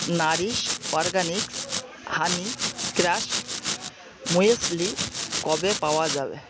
Nourish Organics honey crush muesli কবে পাওয়া যাবে